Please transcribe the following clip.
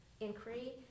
inquiry